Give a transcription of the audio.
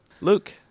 Luke